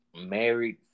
married